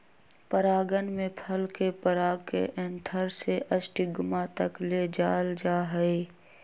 परागण में फल के पराग के एंथर से स्टिग्मा तक ले जाल जाहई